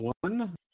one